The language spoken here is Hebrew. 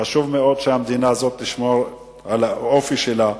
חשוב מאוד שהמדינה הזאת תשמור על האופי שלה.